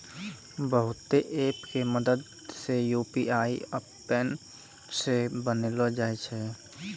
बहुते ऐप के मदद से यू.पी.आई अपनै से बनैलो जाय छै